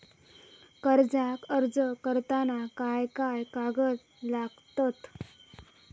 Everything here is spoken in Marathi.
कर्जाक अर्ज करताना काय काय कागद लागतत?